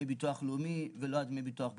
ביטוח לאומי ולא על דמי ביטוח בריאות.